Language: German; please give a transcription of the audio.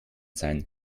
sein